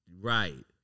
right